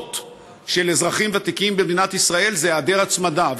של אזרחים ותיקים במדינת ישראל היא היעדר הצמדה,